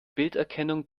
bilderkennung